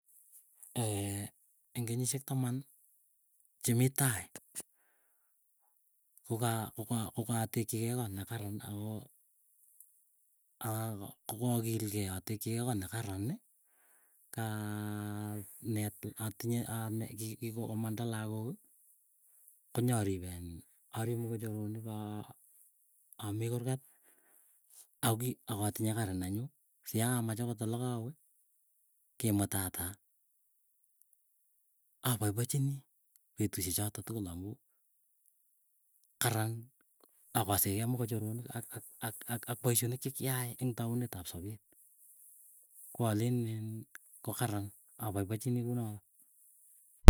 eng kenyishek taman chemii tai, koka kokaa kogakil kei ko nekaran kaa anet atinye kikomanda, lakok konyarip en arip mokochoronik aa amii kurgat aki akatinye kari nenyu siakamach. Alakawe kimuttata apaipochinii petusye choto tukul amuu, karan. Akasekei mogochoronik ak ak ak poisyonik chekiay eng taunet ap sapet koaleniin kokaran apaipachinii kunoto.